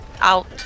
out